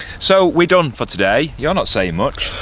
so we're done for today, you're not saying much.